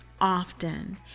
often